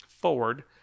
forward